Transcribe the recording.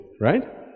right